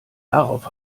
darauf